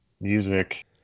music